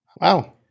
Wow